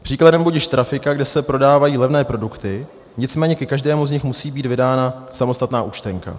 Příkladem budiž trafika, kde se prodávají levné produkty, nicméně ke každému z nich musí být vydána samostatná účtenka.